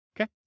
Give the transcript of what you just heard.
okay